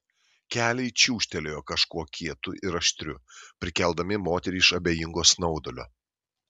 keliai čiūžtelėjo kažkuo kietu ir aštriu prikeldami moterį iš abejingo snaudulio